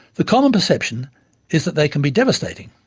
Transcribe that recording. the common perception is that they can be devastating,